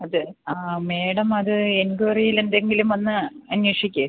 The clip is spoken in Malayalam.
അതെ ആ മാഡം അത് എൻക്വയറീൽ എന്തെങ്കിലും വന്ന് അന്വേഷിക്ക്